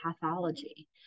pathology